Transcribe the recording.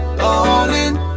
darling